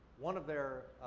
one of their,